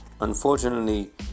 unfortunately